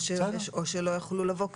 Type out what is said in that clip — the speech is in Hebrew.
או שלא יוכלו לבוא קטינים.